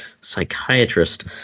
psychiatrist